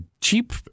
cheap